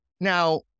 Now